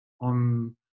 on